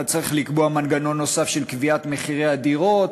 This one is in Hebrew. אתה צריך לקבוע מנגנון נוסף של קביעת מחירי הדירות,